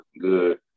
good